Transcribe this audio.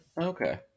okay